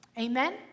Amen